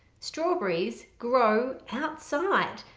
strawberries grow outside.